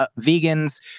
vegans